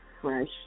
fresh